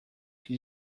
que